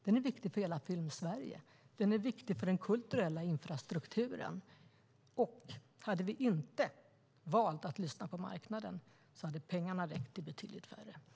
Den är viktig för hela Filmsverige och för den kulturella infrastrukturen. Men hade vi inte valt att lyssna på marknaden skulle pengarna ha räckt till betydligt färre biografer.